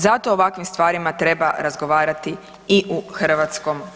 Zato o ovakvim stvarima treba razgovarati i u Hrvatskom